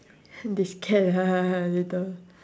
they scared ah later